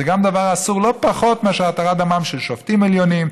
גם זה דבר אסור לא פחות מאשר התרת דמם של שופטים עליונים,